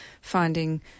finding